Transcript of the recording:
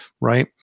right